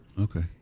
okay